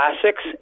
classics